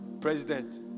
president